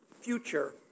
future